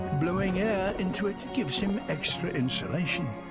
blowing air into it gives him extra insulation.